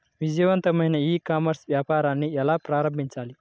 విజయవంతమైన e commerce వ్యాపారాన్ని ఎలా ప్రారంభించాలి?